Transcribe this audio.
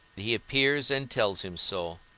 he appears and tells him so,